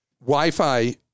Wi-Fi